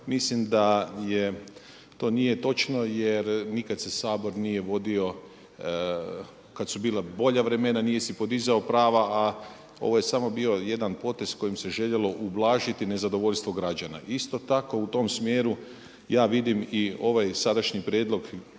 Mislim da to nije točno jer nikad se Sabor nije vodio kad su bila bolja vremena nije si podizao prava, a ovo je samo bio jedan potez kojim se željelo ublažiti nezadovoljstvo građana. Isto tako u tom smjeru ja vidim i ovaj sadašnji prijedlog